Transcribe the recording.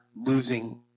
losing